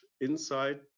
inside